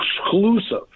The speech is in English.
exclusive